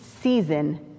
season